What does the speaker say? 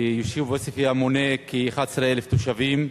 היישוב עוספיא מונה כ-11,000 תושבים.